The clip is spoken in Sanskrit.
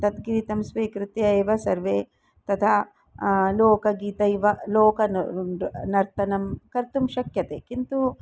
तत्गीतं स्वीकृत्य एव सर्वे तथा लोकगीतैव लोकनर्तनं कर्तुं शक्यते किन्तु